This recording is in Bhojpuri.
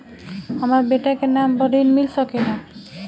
हमरा बेटा के नाम पर ऋण मिल सकेला?